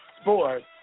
sports